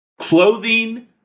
clothing